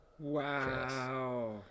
Wow